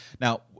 Now